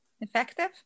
effective